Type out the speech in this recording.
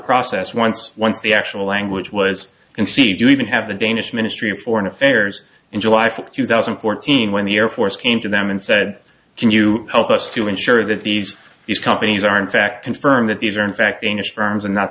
process once once the actual language was in cde you even have the danish ministry of foreign affairs in july fourth two thousand and fourteen when the air force came to them and said can you help us to ensure that these these companies are in fact confirmed that these are in fact danish firms and not